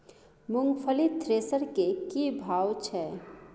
मूंगफली थ्रेसर के की भाव छै?